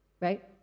right